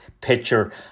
picture